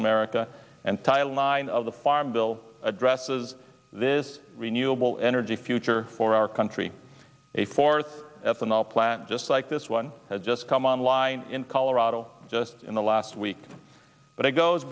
america and title nine of the farm bill addresses this renewable energy future for our country a fourth ethanol plant just like this one had just come online in colorado just in the last week but it goes